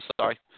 sorry